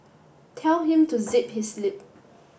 tell him to zip his lip